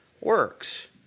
works